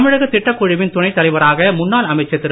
தமிழக திட்டக்குழுவின் துணைத் தலைவராக முன்னாள் அமைச்சர் திரு